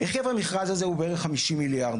היקף המכרז הזה הוא בערך 50 מיליארד